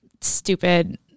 stupid